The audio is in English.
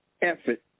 effort